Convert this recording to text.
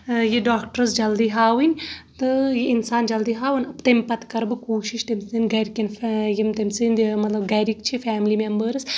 یہِ ڈاکٹرس جلدی ہاوٕنۍ تہٕ یہِ اِنسان جلدی ہاوُن تٔمہِ پتہٕ کر بہٕ کوٗشِش تٔمۍ سٔنٛدۍ گرکٮ۪ن یِم تٔمۍ سٔنٛدۍ مطلب گرِکۍ چھ فیملی مٮ۪مبأرس